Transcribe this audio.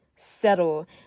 Settle